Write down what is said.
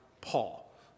Paul